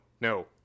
no